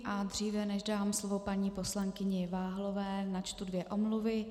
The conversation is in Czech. A dříve, než dám slovo paní poslankyni Váhalové, načtu dvě omluvy.